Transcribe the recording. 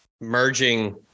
Merging